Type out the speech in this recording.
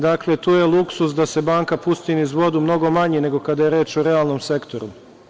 Dakle, tu je luksuz da se banka pusti niz vodu, mnogo manje nego kada je reč o realnom sektoru.